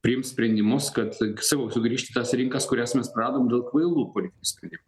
priims sprendimus kad sakau sugrįžti į tas rinkas kurias mes praradom dėl kvailų politinių sprendimų